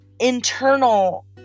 internal